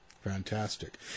Fantastic